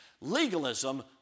Legalism